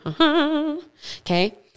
Okay